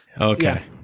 Okay